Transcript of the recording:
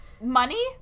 Money